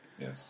Yes